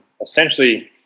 essentially